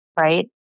right